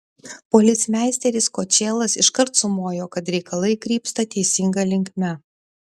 policmeisteris kočėlas iškart sumojo kad reikalai krypsta teisinga linkme